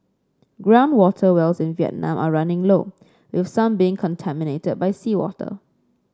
ground water wells in Vietnam are running low with some being contaminated by seawater